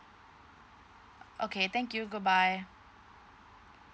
okay thank you goodbye